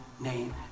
name